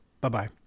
Bye-bye